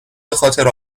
بخاطر